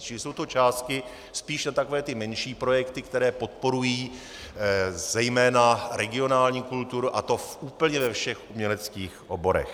Čili jsou to částky spíš na takové menší projekty, které podporují zejména regionální kulturu, a to úplně ve všech uměleckých oborech.